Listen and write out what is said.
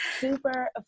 super